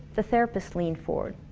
the therapist leaned forward